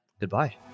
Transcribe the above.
goodbye